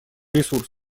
ресурсов